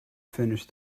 finish